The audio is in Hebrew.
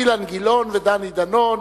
אילן גילאון ודני דנון,